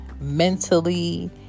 mentally